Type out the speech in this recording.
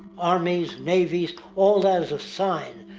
armies, navies, all that is a sign,